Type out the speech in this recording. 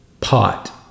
pot